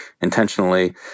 intentionally